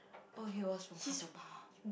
oh he was from Hufflepuff